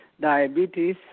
diabetes